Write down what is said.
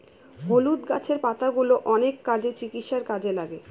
হলুদ গাছের পাতাগুলো অনেক কাজে, চিকিৎসার কাজে লাগে